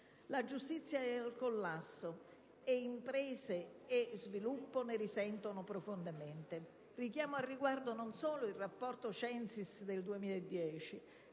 La giustizia è al collasso e imprese e sviluppo ne risentono profondamente. Richiamo al riguardo non solo il Rapporto CENSIS del 2010,